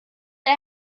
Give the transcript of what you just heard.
der